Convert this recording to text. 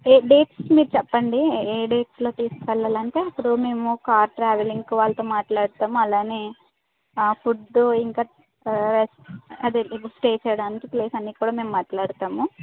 dates మీరు చెప్పండి ఏ డేట్లో తీసుకెళ్లాలి అంటే అప్పుడు మేము కార్ ట్రావెలింగ్ వాళ్ళతో మాట్లాడుతాం అలానే ఫుడ్ ఇంకా అదే రె ఇప్పు స్టే చేయడానికి ప్లేస్ అన్ని కూడా మేము మాట్లాడుతాము